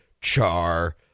Char